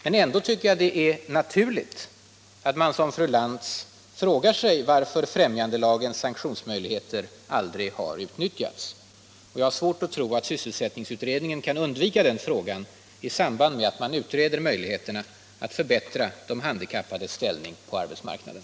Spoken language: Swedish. Men jag tycker ändå att det är naturligt att som fru Lantz fråga sig varför främjandelagens sanktionsmöjligheter aldrig har utnyttjats. Och jag har svårt att tro att sysselsättningsutredningen kan undvika den frågan i samband med att den utreder möjligheterna att förbättra de handikappades ställning på arbetsmarknaden.